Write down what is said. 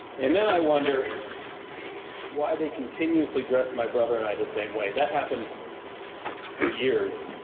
and then i wonder why they continuously dressed my brother and i the same way. that happened for years,